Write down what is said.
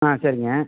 ஆ சரிங்க